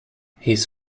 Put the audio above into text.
his